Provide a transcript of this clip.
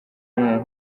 mibonano